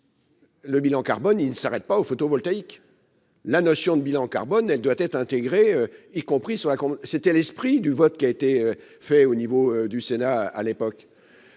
Le bilan carbone, il ne s'arrête pas au photovoltaïque, la notion de bilan carbone, elle doit être intégré, y compris sur la c'était l'esprit du vote qui a été fait au niveau du sénat à l'époque,